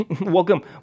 Welcome